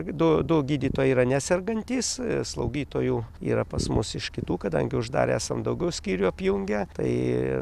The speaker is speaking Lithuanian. du du gydytojai yra nesergantys slaugytojų yra pas mus iš kitų kadangi uždarę esam daugiau skyrių apjungę tai